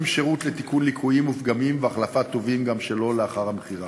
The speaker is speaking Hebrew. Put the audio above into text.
שירות לתיקון ליקויים ופגמים והחלפת טובין גם שלא לאחר המכירה.